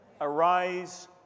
Arise